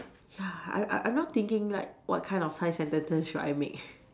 ya I I now thinking like what kind of five sentences should I make